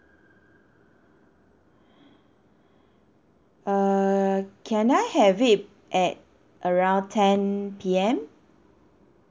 err can I have it at around ten P_M